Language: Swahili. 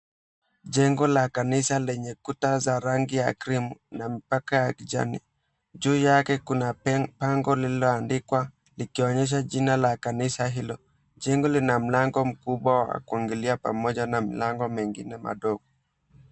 Jengo la kanisa yenye kuta za rangi ya krimu na mpaka ya kijani. Juu yake kuna pango lililoandikwa likionyesha jina la kanisa hilo. Jengo lina mlango mkubwa wa kuingilia pamoja na mlango mengine madogo.